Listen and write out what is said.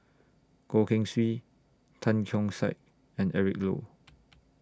Goh Keng Swee Tan Keong Saik and Eric Low